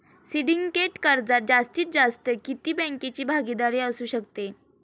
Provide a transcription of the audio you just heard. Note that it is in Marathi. सिंडिकेट कर्जात जास्तीत जास्त किती बँकांची भागीदारी असू शकते?